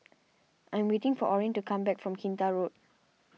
I'm waiting for Orrin to come back from Kinta Road